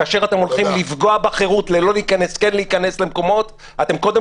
כאשר אתם הולכים לפגוע בחרות אתם קודם